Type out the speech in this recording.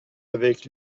avec